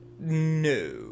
No